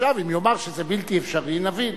עכשיו, אם יאמר שזה בלתי אפשרי, נבין.